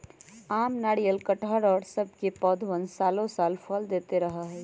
आम, नारियल, कटहल और सब के पौधवन सालो साल फल देते रहा हई